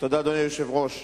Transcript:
אדוני היושב-ראש.